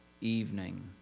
evening